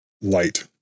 light